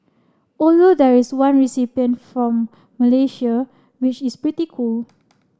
although there is one recipient from Malaysia which is pretty cool